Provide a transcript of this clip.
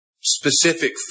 specific